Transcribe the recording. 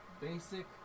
Basic